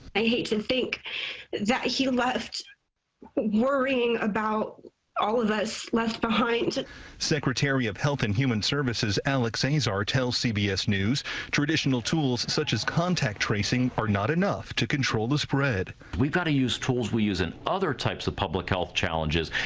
i hate to think that he left worrying about all of us left behind. reporter secretary of health and human services alex a czar tells cbs news traditional tools such as contact tracing are not enough to control the spread. we've got to use tools that we use in other types of public health challenges.